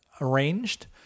arranged